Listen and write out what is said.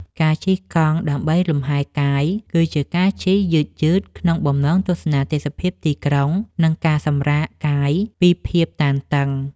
ការជិះកង់ដើម្បីលំហែកាយ គឺជាការជិះយឺតៗក្នុងបំណងទស្សនាទេសភាពទីក្រុង និងការសម្រាកកាយពីភាពតានតឹង។